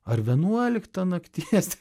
ar vienuoliktą nakties ten